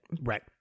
Right